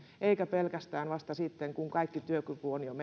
eikä pelkästään vasta sitten kun kaikki työkyky on